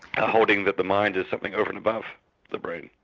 holding that the mind is something over and above the brain.